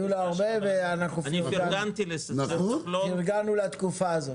היו לו הרבה הצלחות ואנחנו פרגנו לתקופה הזאת.